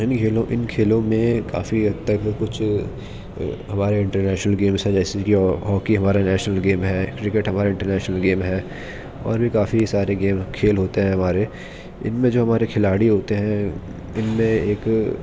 یعنی ان کھیلوں میں کافی حد تک کچھ ہمارے انٹرنیشنل گیمس ہیں جیسے کہ ہاکی ہمارے نیشنل گیم ہے کرکٹ ہمارا انٹرنیشنل گیم ہے اور بھی کافی سارے گیم کھیل ہوتے ہیں ہمارے ان میں جو ہمارے کھلاڑی ہوتے ہیں ان میں ایک